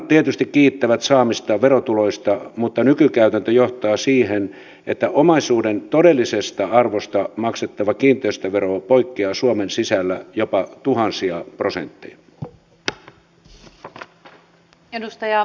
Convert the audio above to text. kunnat tietysti kiittävät saamistaan verotuloista mutta nykykäytäntö johtaa siihen että omaisuuden todellisesta arvosta maksettava kiinteistövero poikkeaa suomen sisällä jopa tuhansia prosentteja